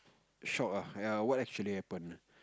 shock ah ya what actually happen ah